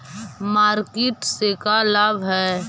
Market से का लाभ है?